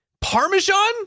Parmesan